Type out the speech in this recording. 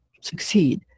succeed